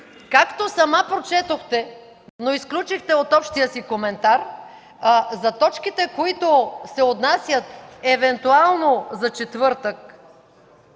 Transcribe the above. Както сама прочетохте, но изключихте от общия си коментар, за точките, които се отнасят евентуално за четвъртък,